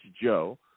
Joe